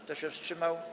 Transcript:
Kto się wstrzymał?